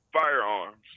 Firearms